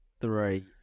three